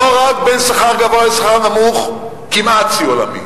לא רק בין שכר גבוה לשכר נמוך, כמעט שיא עולמי.